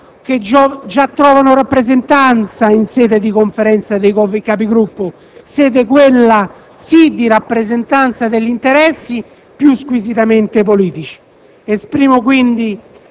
Ritengo che già trova rappresentanza in sede di Conferenza dei Capigruppo, certamente una sede di rappresentanza di interessi più squisitamente politici.